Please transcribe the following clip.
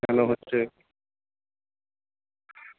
কেন হচ্চে